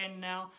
now